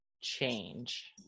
change